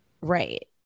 Right